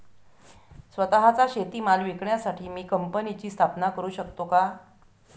स्वत:चा शेतीमाल विकण्यासाठी मी कंपनीची स्थापना करु शकतो का?